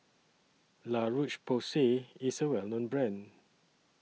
La Roche Porsay IS A Well known Brand